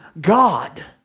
God